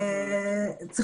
זו הפרדת הרשויות שדיברתי עליה.